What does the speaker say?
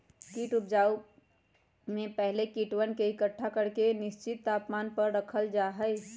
कीट उपजाऊ में पहले कीटवन के एकट्ठा करके निश्चित तापमान पर रखल जा हई